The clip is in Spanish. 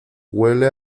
huele